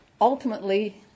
ultimately